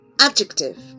Adjective